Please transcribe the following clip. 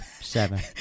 Seven